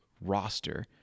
roster